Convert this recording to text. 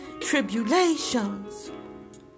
tribulations